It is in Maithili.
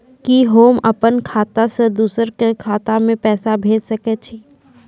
कि होम अपन खाता सं दूसर के खाता मे पैसा भेज सकै छी?